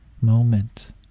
moment